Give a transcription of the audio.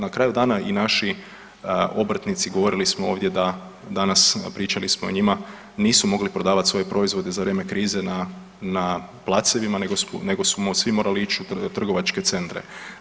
Na kraju dana i naši obrtnici, govorili smo ovdje da danas, pričali smo o njima, nisu mogli prodavat svoje proizvode za vrijeme krize na, na placevima nego smo svi morali ić u trgovačke centre.